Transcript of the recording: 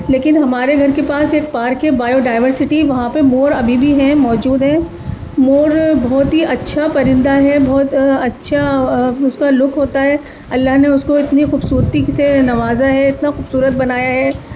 لیکن ہمارے گھر کے پاس ایک پارک ہے بایو ڈائیورسٹی وہاں پہ مور ابھی بھی ہیں موجود ہیں مور بہت ہی اچھا پرندہ ہے بہت اچھا اس کا لک ہوتا ہے اللہ نے اس کو اتنی خوبصورتی سے نوازا ہے اتنا خوبصورت بنایا ہے